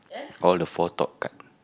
all the four top card